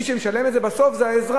מי שמשלם את זה בסוף זה האזרח?